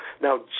Now